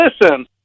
Listen